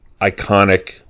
iconic